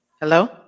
Hello